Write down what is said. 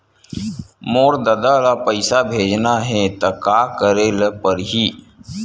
मोर ददा ल पईसा भेजना हे त का करे ल पड़हि?